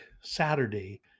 Saturday